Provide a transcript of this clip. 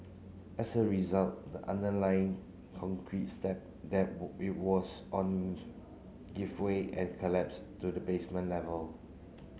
as a result the underlying concrete slab that it was on gave way and collapsed to the basement level